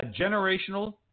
generational